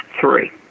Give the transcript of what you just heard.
three